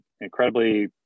incredibly